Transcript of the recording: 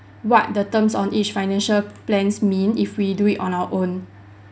what the terms on each financial plans mean if we do it on our own